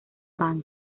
bang